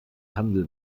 handel